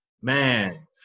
man